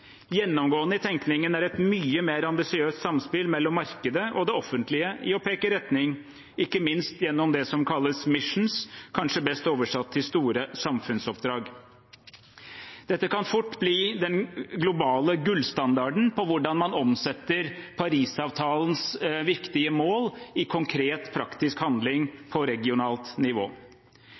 Gjennomgående i tenkningen er et mye mer ambisiøst samspill mellom markedet og det offentlige i å peke retning, ikke minst gjennom det som kalles «missions», kanskje best oversatt til store samfunnsoppdrag. Dette kan fort bli den globale gullstandarden på hvordan man omsetter Parisavtalens viktige mål i konkret praktisk handling på regionalt nivå.